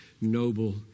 noble